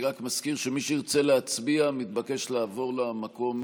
אני רק מזכיר שמי שירצה להצביע מתבקש לעבור למקום.